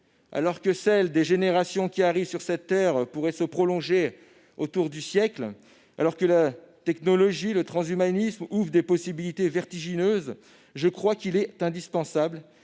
et que celle des générations qui arrivent aujourd'hui sur cette terre pourrait approcher le siècle, alors que la technologie et le transhumanisme ouvrent des possibilités vertigineuses, je crois qu'il est indispensable